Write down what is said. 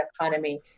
economy